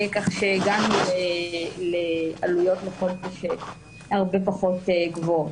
כך שהגענו לעלויות הרבה פחות גבוהות.